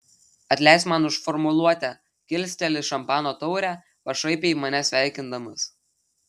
atleisk man už formuluotę kilsteli šampano taurę pašaipiai mane sveikindamas